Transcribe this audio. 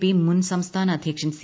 P മുൻ സംസ്ഥാന അധ്യക്ഷൻ സി